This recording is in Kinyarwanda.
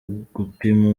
gupima